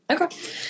Okay